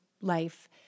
life